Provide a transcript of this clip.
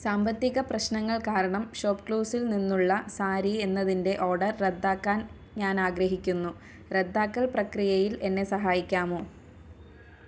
സാമ്പത്തിക പ്രശ്നങ്ങൾ കാരണം ഷോപ്പ്ക്ലൂസിൽ നിന്നുള്ള സാരി എന്നതിൻ്റെ ഓർഡർ റദ്ദാക്കാൻ ഞാൻ ആഗ്രഹിക്കുന്നു റദ്ദാക്കൽ പ്രക്രിയയിൽ എന്നെ സഹായിക്കാമോ